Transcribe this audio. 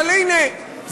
אבל הנה,